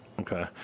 Okay